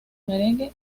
merengue